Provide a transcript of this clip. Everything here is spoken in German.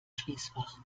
schließfach